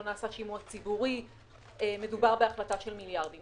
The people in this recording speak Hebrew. לא נעשה שימוע ציבורי ומדובר בהחלטה של מיליארדים.